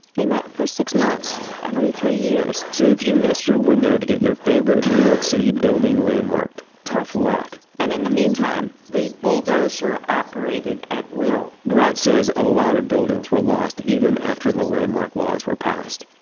they met for six months every three years so if you missed your window to get your favorite new york city building landmarked, tough luck and in the meantime, the bulldozer operated at will gratz says a lot of buildings were lost even after the landmark laws were passed,